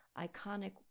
iconic